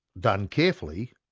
done carefully,